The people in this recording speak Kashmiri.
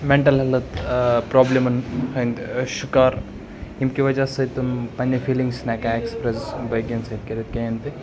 مینٹل ہیٚلٕتھ پرابلِمَن ہٕندۍ شِکار ییٚمہِ کہِ وجہ سۭتۍ تِم پَنٕنہِ فِلِنگٕس چھِنہٕ ہیٚکان اٮ۪کٕسپریس بٲقین سۭتۍ کٔرِتھ کہینۍ تہِ